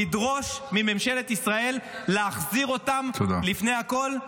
לדרוש מממשלת ישראל להחזיר אותם לפני הכול.